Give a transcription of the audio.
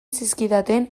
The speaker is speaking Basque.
zizkidaten